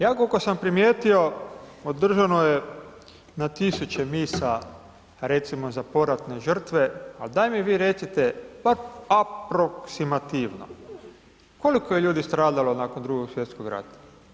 Ja kolko sam primijetio održano je na tisuće misa, recimo za poratne žrtve, al daj mi vi recite, aproksimativno, koliko je ljudi stradalo nakon Drugog svjetskog rata?